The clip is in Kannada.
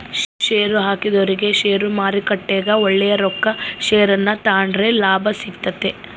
ಷೇರುಹಾಕಿದೊರಿಗೆ ಷೇರುಮಾರುಕಟ್ಟೆಗ ಒಳ್ಳೆಯ ರೊಕ್ಕಕ ಷೇರನ್ನ ತಾಂಡ್ರೆ ಲಾಭ ಸಿಗ್ತತೆ